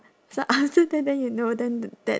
so after that then you know then the that